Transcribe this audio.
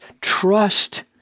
Trust